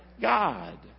God